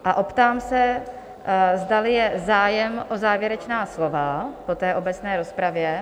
Optám se, zdali je zájem o závěrečná slova po obecné rozpravě?